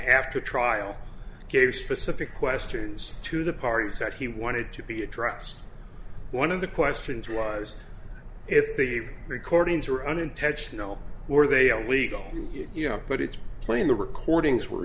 after trial gave specific questions to the parties that he wanted to be addressed one of the questions wise if they gave recordings are unintentional or they are legal you know but it's playing the recordings were